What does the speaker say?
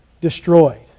destroyed